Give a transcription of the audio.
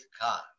God